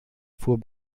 fuhr